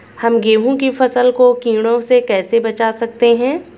हम गेहूँ की फसल को कीड़ों से कैसे बचा सकते हैं?